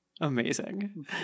Amazing